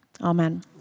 amen